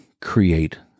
create